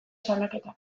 salaketak